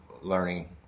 learning